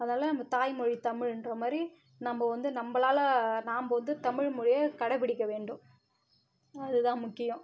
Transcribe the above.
அதால் நம்ம தாய்மொழி தமிழ்கிற மாதிரி நம்ம வந்து நம்மளால நாம் வந்து தமிழ் மொழியை கடைபிடிக்க வேண்டும் அது தான் முக்கியம்